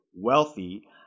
wealthy